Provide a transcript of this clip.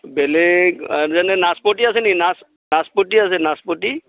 বেলেগ আ যেনে নাচপতি আছে নেকি নাচ নাচপতি আছে নাচপতি